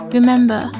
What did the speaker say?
Remember